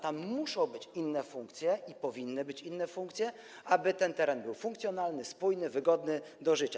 Tam muszą być inne funkcje, powinny być inne funkcje, aby ten teren był funkcjonalny, spójny, wygodny do życia.